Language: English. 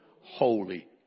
Holy